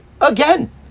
again